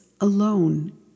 alone